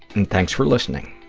and thanks for listening.